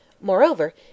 Moreover